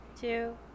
two